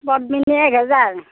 পদ্মিনী এক হাজাৰ